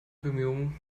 bemühungen